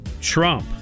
Trump